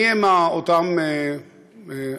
מיהם אותם אנשים,